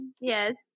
yes